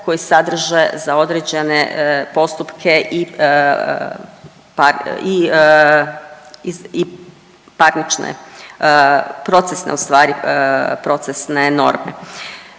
koji sadrže za određene postupke i par…, i, i parnične, procesne ustvari, procesne norme.